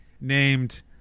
named